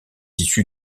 issue